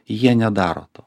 jie nedaro to